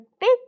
big